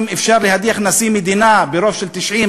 אם אפשר להדיח נשיא מדינה ברוב של 90,